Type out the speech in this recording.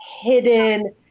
hidden